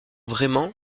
vraiment